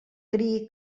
crie